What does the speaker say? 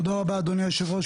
תודה רבה, אדוני היושב ראש.